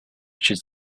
should